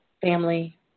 family